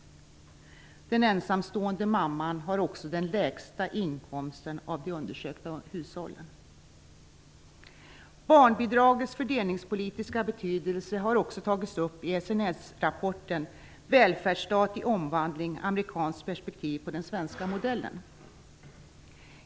Den ensamstående mamman har också den lägsta inkomsten av de undersökta hushållen. Barnbidragets fördelningspolitiska betydelse har också tagits upp i SNS-rapporten Välfärdsstat i omvandling - amerikanskt perspektiv på den svenska modellen.